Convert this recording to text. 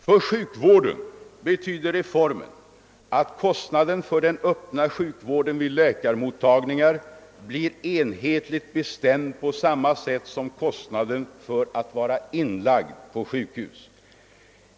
För sjukvården betyder reformen att kostnaden för den öppna sjukvården vid läkarmottagningar blir enhetligt bestämd på samma sätt som kostnaden för att vara inlagd på sjukhus.